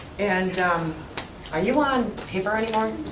and are you on paper anymore?